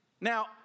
Now